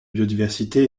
biodiversité